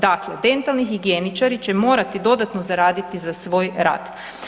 Dakle, dentalni higijeničari će morati dodatno zaraditi za svoj rad.